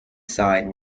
sign